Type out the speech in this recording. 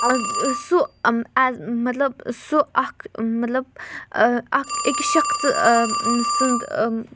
سُہ ایز مطلب سُہ اَکھ مطلب اَکھ أکِس شخصہٕ سُنٛد